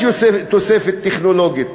יש תוספת טכנולוגית.